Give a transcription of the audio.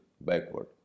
backward